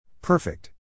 Perfect